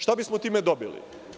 Šta bismo time dobili?